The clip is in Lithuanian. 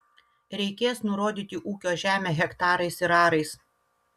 reikės nurodyti ūkio žemę hektarais ir arais